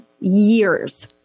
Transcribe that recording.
years